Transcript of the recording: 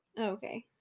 Okay